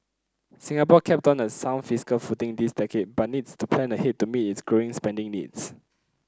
Singapore kept on a sound fiscal footing this decade but needs to plan ahead to meet its growing spending needs